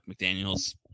McDaniels